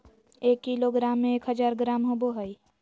एक किलोग्राम में एक हजार ग्राम होबो हइ